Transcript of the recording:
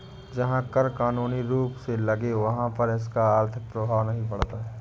जहां कर कानूनी रूप से लगे वहाँ पर इसका आर्थिक प्रभाव नहीं पड़ता